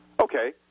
Okay